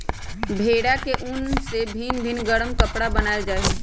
भेड़ा के उन से भिन भिन् गरम कपरा बनाएल जाइ छै